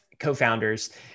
co-founders